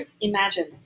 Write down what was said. imagine